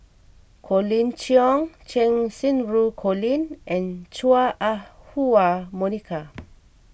Colin Cheong Cheng Xinru Colin and Chua Ah Huwa Monica